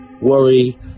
worry